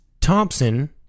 Thompson